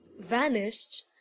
vanished